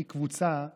היא קבוצה,